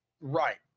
Right